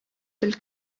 тел